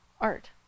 art